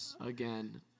again